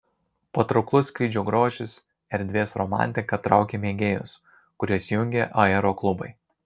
patrauklus skrydžio grožis erdvės romantika traukia mėgėjus kuriuos jungia aeroklubai